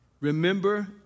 Remember